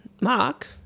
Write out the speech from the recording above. mark